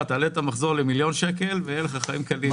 תעלה את המחזור למיליון שקל, ויהיה לך חיים קלים.